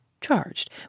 charged